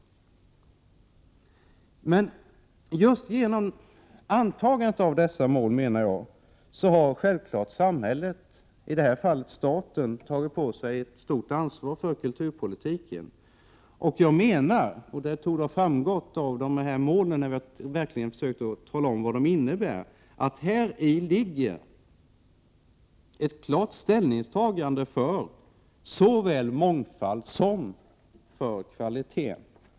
Just genom antagandet av dessa mål har samhället, i detta fall staten, självfallet tagit på sig ett stort ansvar för kulturpolitiken. Det torde ha framgått, när vi har försökt tala om vad dessa mål innebär, att häri ligger ett klart ställningstagande för såväl mångfald som kvalitet.